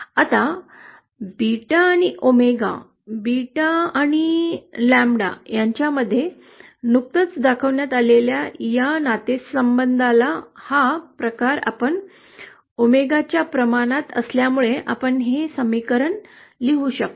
आता बीटा आणि omega beta आणि लॅम्ब्डा यांच्यामध्ये नुकतंच दाखवण्यात आलेल्या या नात्यांमधला हा प्रकार आपण ओमेगाच्या प्रमाणात असल्यामुळे आपण हे समीकरण लिहू शकतो